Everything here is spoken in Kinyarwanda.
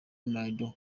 ronaldo